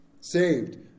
Saved